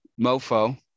Mofo